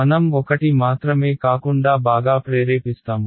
మనం ఒకటి మాత్రమే కాకుండా బాగా ప్రేరేపిస్తాము